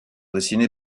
dessiner